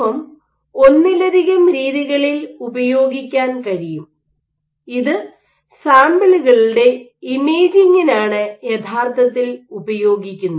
M ഒന്നിലധികം രീതികളിൽ ഉപയോഗിക്കാൻ കഴിയും ഇത് സാമ്പിളുകളുടെ ഇമേജിങ്ങിനാണ് യഥാർത്ഥത്തിൽ ഉപയോഗിക്കുന്നത്